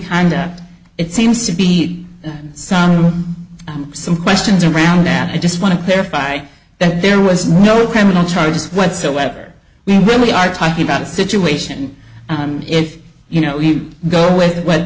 kind it seems to be a song some questions around that i just want to clarify that there was no criminal charges whatsoever we really are talking about a situation if you know you go with what